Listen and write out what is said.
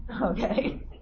Okay